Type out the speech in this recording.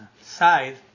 side